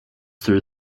through